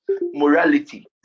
morality